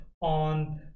on